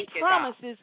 promises